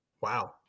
Wow